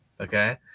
Okay